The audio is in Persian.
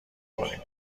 کنیم